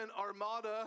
armada